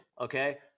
Okay